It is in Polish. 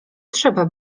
trzeba